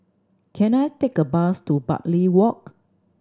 can I take a bus to Bartley Walk